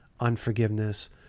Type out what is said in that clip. unforgiveness